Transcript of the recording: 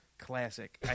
Classic